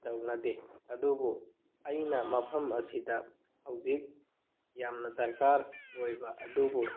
ꯇꯧꯅꯗꯦ ꯑꯗꯨꯕꯨ ꯑꯩꯅ ꯃꯐꯝ ꯑꯁꯤꯗ ꯍꯧꯖꯤꯛ ꯌꯥꯝꯅ ꯗꯔꯀꯥꯔ ꯑꯣꯏꯕ ꯑꯗꯨꯕꯨ